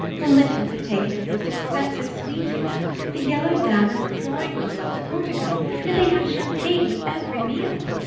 the lintons have taken his most expensive suite, you know the yellow damask drawing-room above the portico and they have champagne with every meal!